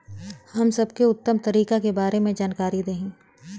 हम सबके उत्तम तरीका के बारे में जानकारी देही?